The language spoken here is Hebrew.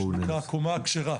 הקומה הכשרה,